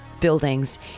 buildings